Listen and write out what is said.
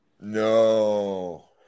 No